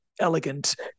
elegant